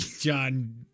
John